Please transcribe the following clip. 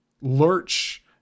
lurch